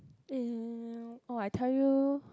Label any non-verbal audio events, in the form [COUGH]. [NOISE] oh I tell you